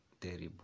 terrible